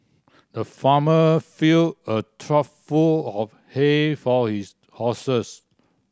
the farmer filled a trough full of hay for his horses